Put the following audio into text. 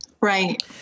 Right